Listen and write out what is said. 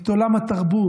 את עולם התרבות,